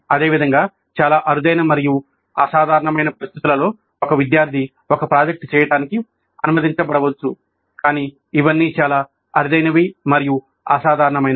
అదేవిధంగా చాలా అరుదైన మరియు అసాధారణమైన పరిస్థితులలో ఒక విద్యార్థి ఒక ప్రాజెక్ట్ చేయడానికి అనుమతించబడవచ్చు కానీ ఇవన్నీ చాలా అరుదైనవి మరియు అసాధారణమైనవి